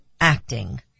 acting